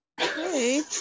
Hey